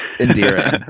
Endearing